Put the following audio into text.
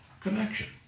connection